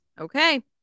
Okay